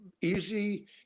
easy